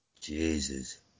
Jesus